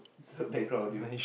the background audio